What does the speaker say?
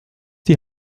die